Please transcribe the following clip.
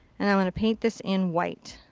and i want to paint this in white.